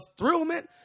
thrillment